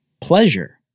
Pleasure